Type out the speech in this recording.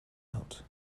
out